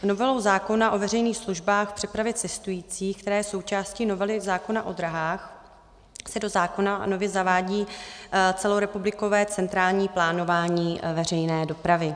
Novelou zákona o veřejných službách v přepravě cestujících, která je součástí novely zákona o dráhách, se do zákona nově zavádí celorepublikové centrální plánování veřejné dopravy.